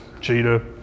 cheetah